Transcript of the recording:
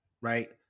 right